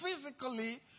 physically